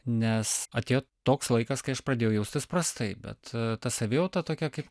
nes atėjo toks laikas kai aš pradėjau jaustis prastai bet ta savijauta tokia kaip